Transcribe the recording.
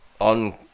on